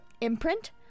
imprint